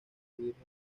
virgen